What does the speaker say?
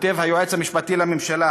כותב היועץ המשפטי לממשלה,